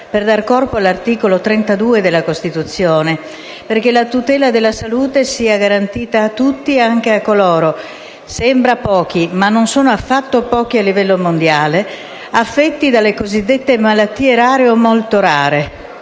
per dare corpo all'articolo 32 della Costituzione, perché la tutela della salute sia garantita a tutti, anche a coloro - sembra pochi, ma non sono affatto pochi a livello mondiale - che sono affetti dalle cosiddette malattie rare o molto rare,